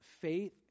faith